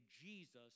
Jesus